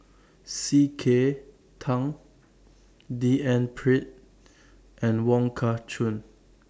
C K Tang D N Pritt and Wong Kah Chun